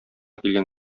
килгән